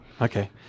Okay